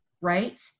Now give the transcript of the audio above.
right